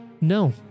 No